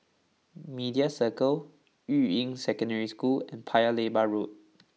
Media Circle Yuying Secondary School and Paya Lebar Road